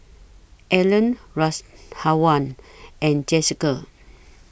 Allan Rashawn and Jesica